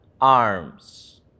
arms